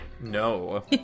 No